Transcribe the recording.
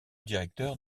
directeur